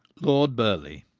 lord burleigh,